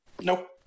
Nope